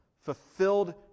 fulfilled